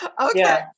okay